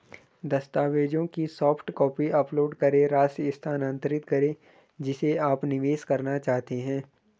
दस्तावेजों की soft copy upload करें, राशि स्थानांतरित करें जिसे आप निवेश करना चाहते हैं